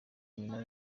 nyina